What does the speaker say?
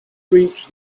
reached